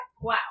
Wow